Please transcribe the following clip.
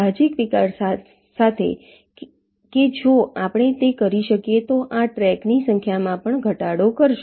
સાહજિક વિચાર સાથે કે જો આપણે તે કરી શકીએ તો આ ટ્રેકની સંખ્યામાં પણ ઘટાડો કરશે